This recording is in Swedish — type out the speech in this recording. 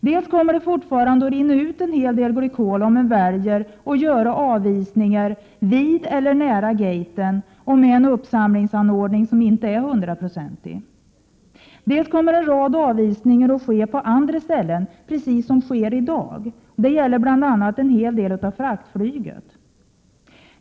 Dels kommer det fortfarande att rinna ut en hel del glykol om man väljer att göra avisningen vid eller nära gaten, med en uppsamlingsanordning som inte är 100-procentig, dels kommer en rad avisningar att ske på andra ställen; precis som i dag. Det gäller bl.a. en hel del av fraktflyget.